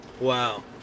Wow